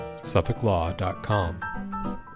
Suffolklaw.com